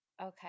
Okay